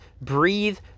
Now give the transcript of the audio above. breathe